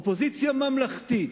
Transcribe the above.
אופוזיציה ממלכתית,